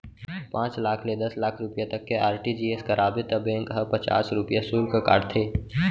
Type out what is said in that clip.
पॉंच लाख ले दस लाख रूपिया तक के आर.टी.जी.एस कराबे त बेंक ह पचास रूपिया सुल्क काटथे